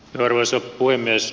arvoisa puhemies